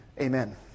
Amen